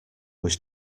was